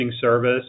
service